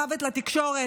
"מוות לתקשורת".